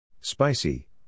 Spicy